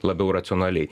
labiau racionaliai